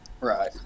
Right